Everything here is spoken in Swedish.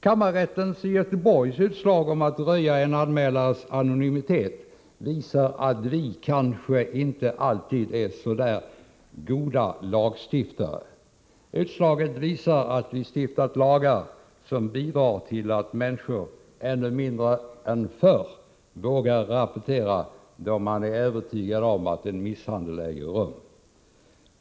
Kammarrättens i Göteborg utslag att röja en anmälares anonymitet visar att vi kanske inte alltid är så goda lagstiftare. Utslaget visar att vi stiftat lagar som bidrar till att människor ännu mindre än förr vågar rapportera sina iakttagelser då man är övertygad om att misshandel äger rum.